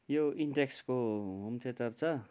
यो इन्टेक्सको home theatre छ